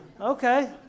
okay